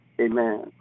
Amen